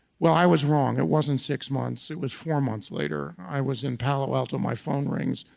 well, i was wrong, it wasn't six months, it was four months later. i was in palo alto, my phone rings.